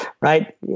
right